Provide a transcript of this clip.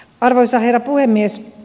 arvoisa herra puhemies